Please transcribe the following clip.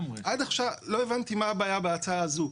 לא הבנתי מה הבעיה בהצעה הזאת.